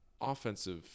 offensive